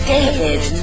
David